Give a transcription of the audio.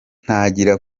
ntagira